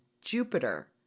Jupiter